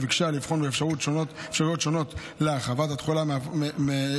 וביקשה לבחון אפשרויות שונות להרחבת התחולה מעבר